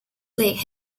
lake